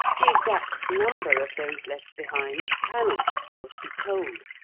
the exact number of those left behind cannot, of course, be told,